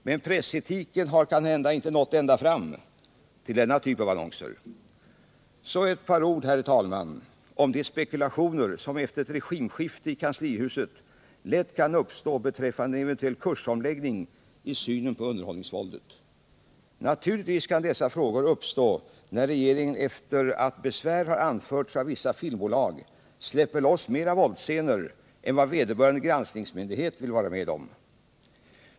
Men pressetiken har kanhända ”inte nått ända fram” till denna typ av annonser. Så några ord, herr talman, om de spekulationer som efter ett regimskifte i kanslihuset lätt kan uppstå beträffande en eventuell kursomläggning i synen på underhållningsvåldet. Naturligtvis kan dessa farhågor uppstå när regeringen efter att besvär har anförts av vissa filmbolag släpper loss mer våldsscener än vad vederbörande granskningsmyndighet vill vara med om.